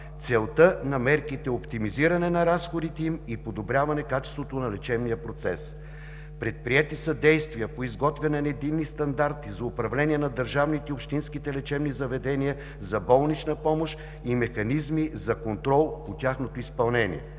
Целта на мерките е оптимизиране на разходите им и подобряване качеството на лечебния процес. Предприети са действия по изготвяне на единни стандарти за управление на държавните и общинските лечебни заведения за болнична помощ и механизми за контрол по тяхното изпълнение.